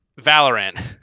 Valorant